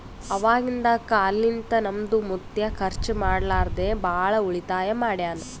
ಅವಾಗಿಂದ ಕಾಲ್ನಿಂತ ನಮ್ದು ಮುತ್ಯಾ ಖರ್ಚ ಮಾಡ್ಲಾರದೆ ಭಾಳ ಉಳಿತಾಯ ಮಾಡ್ಯಾನ್